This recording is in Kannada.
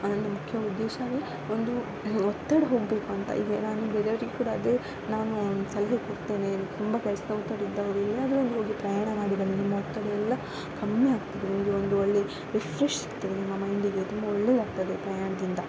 ನನ್ನ ಮುಖ್ಯ ಉದ್ದೇಶವೇ ಒಂದು ಒತ್ತಡ ಹೋಗಬೇಕು ಅಂತ ಈಗ ನಾನು ಬೇರೆಯವರಿಗೆ ಕೂಡ ಅದೇ ನಾನು ಸಲಹೆ ಕೊಡ್ತೇನೆ ತುಂಬ ಕೆಲಸದ ಒತ್ತಡ ಇದ್ದವರು ಎಲ್ಲಿಯಾದರೂ ಒಂದು ಹೋಗಿ ಪ್ರಯಾಣ ಮಾಡಿ ಬನ್ನಿ ನಿಮ್ಮ ಒತ್ತಡ ಎಲ್ಲ ಕಮ್ಮಿ ಆಗ್ತದೆ ನಿಮಗೆ ಒಂದು ಒಳ್ಳೆ ರಿಫ್ರೆಶ್ ಸಿಗ್ತದೆ ನಿಮ್ಮ ಮೈಂಡಿಗೆ ತುಂಬ ಒಳ್ಳೆದಾಗ್ತದೆ ಪ್ರಯಾಣದಿಂದ